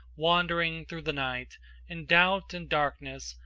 wandering through the night in doubt and darkness,